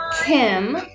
Kim